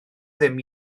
ddim